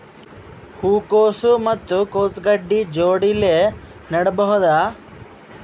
ಹೂ ಕೊಸು ಮತ್ ಕೊಸ ಗಡ್ಡಿ ಜೋಡಿಲ್ಲೆ ನೇಡಬಹ್ದ?